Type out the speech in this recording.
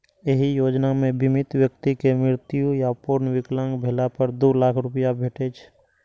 एहि योजना मे बीमित व्यक्ति के मृत्यु या पूर्ण विकलांग भेला पर दू लाख रुपैया भेटै छै